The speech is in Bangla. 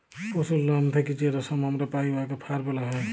পশুর লম থ্যাইকে যে রেশম আমরা পাই উয়াকে ফার ব্যলা হ্যয়